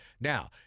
Now